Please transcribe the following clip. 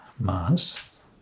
mass